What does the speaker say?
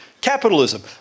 capitalism